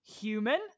human